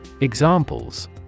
Examples